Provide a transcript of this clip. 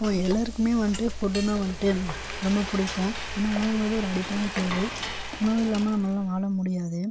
ஓ எல்லோருக்குமே வந்துட்டு ஃபுட்டுனா வந்துட்டு ரொம்ப பிடிக்கும் ஏன்னால் உணவுங்கிறது ஒரு அடிப்படையான தேவை உணவு இல்லாமல் நம்மளால் வாழ முடியாது